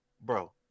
Bro